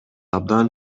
абдан